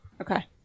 Okay